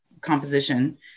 composition